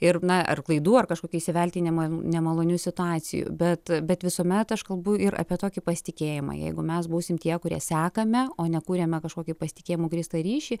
ir na ar klaidų ar kažkokių įsivelti į nemal nemalonių situacijų bet bet visuomet aš kalbu ir apie tokį pasitikėjimą jeigu mes būsim tie kurie sekame o ne kuriame kažkokį pasitikėjimu grįstą ryšį